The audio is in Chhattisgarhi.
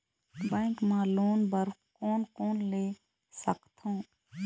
बैंक मा लोन बर कोन कोन ले सकथों?